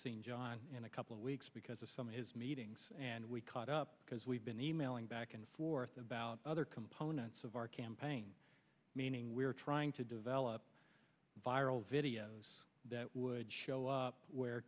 seen john in a couple of weeks because of some of his meetings and we caught up because we've been e mailing back and forth about other components of our campaign meaning we're trying to develop a viral video that would show up where